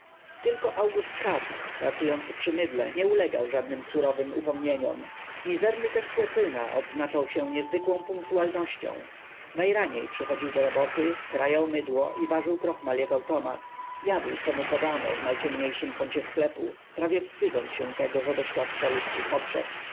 tylko august katz pracujący przy mydle nie ulegał żadnym surowcowym upomnieniom mizerny ten człeczyna odznaczał się niezwykłą punktualnością najraniej przychodził do roboty krajał mydło i ważył krochmal jak automat jadł co mu podano w najciemniejszym kącie sklepu prawie wstydząc się tego że doświadcza ludzkich potrzeb